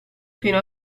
fino